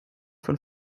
von